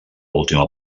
última